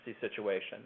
situation